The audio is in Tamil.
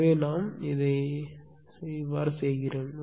எனவே நாம் இதை எப்படி செய்வோம்